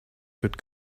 could